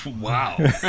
wow